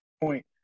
point